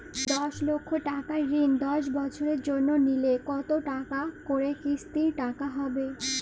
দশ লক্ষ টাকার ঋণ দশ বছরের জন্য নিলে কতো টাকা করে কিস্তির টাকা হবে?